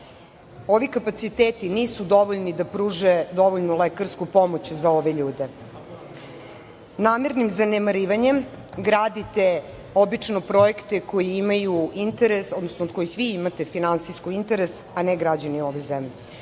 Ovi kapaciteti nisu dovoljni da pruže dovoljnu lekarsku pomoć za ove ljude. Namernim zanemarivanjem gradite obično projekte od kojih vi imate finansijski interes, a ne građani ove